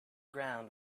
ground